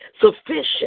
Sufficient